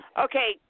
Okay